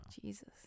Jesus